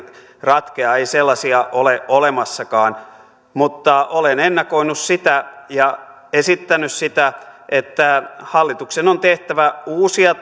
ratkeaa ei sellaisia ole olemassakaan mutta olen ennakoinut sitä ja esittänyt sitä että hallituksen on tehtävä uusia